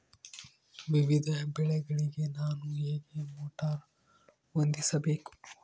ವಿವಿಧ ಬೆಳೆಗಳಿಗೆ ನಾನು ಹೇಗೆ ಮೋಟಾರ್ ಹೊಂದಿಸಬೇಕು?